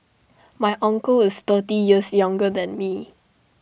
my uncle is thirty years younger than me